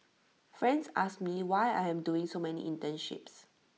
friends ask me why I am doing so many internships